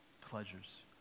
pleasures